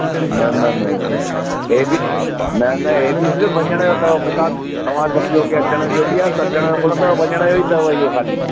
न न न न न हे बि न न हे बि सिर्फ़ वञण जो अथव मतां तव्हां सम्झो की अचनि जो बि आहे त अचनि जो कोन्ह अथव वञण जो ई इथव इहो ख़ाली